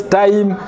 time